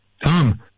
Tom